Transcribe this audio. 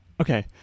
Okay